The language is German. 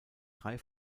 drei